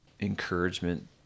encouragement